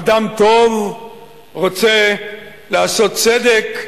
אדם טוב רוצה לעשות צדק,